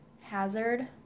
hazard